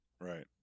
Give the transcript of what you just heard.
Right